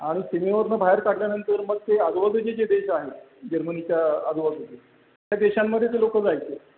आणि सीमेवरनं बाहेर काढल्यानंतर मग ते आजूबाजूचे जे देश आहेत जर्मनीच्या आजूबाजूचे त्या देशांमध्ये ते लोक जायचे